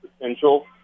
potential